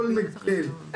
כל מגדל שרוצה.